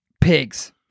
pigs